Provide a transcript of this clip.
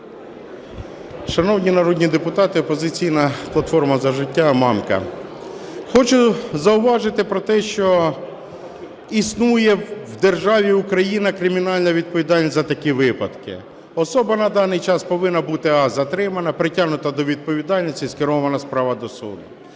Шановні народні депутати, "Опозиційна платформа - За життя", Мамка. Хочу зауважити про те, що існує в державі Україна кримінальна відповідальність за такі випадки, особа на даний час повинна бути: а) затримана, притягнута до відповідальності, скерована справа до суду,